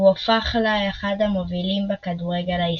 והוא הפך לאחד מהמובילים בכדורגל הישראלי.